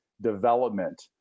development